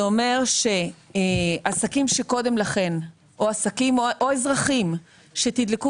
זה אומר שעסקים או אזרחים שקודם לכן תדלקו